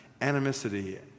animosity